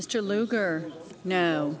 mr lugar no